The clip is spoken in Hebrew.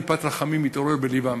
טיפת רחמים תתעורר בלבם,